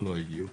לא הגיעו.